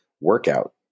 workout